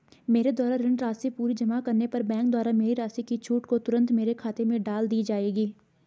मेरे द्वारा ऋण राशि पूरी जमा करने पर बैंक द्वारा मेरी राशि की छूट को तुरन्त मेरे खाते में डाल दी जायेगी?